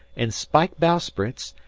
an' spike bowsprits,